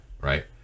right